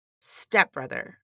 stepbrother